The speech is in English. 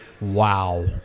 wow